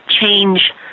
change